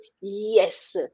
yes